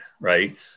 right